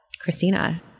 Christina